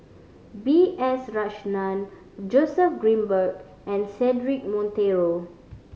B S Rajhan Joseph Grimberg and Cedric Monteiro